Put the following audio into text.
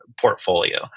portfolio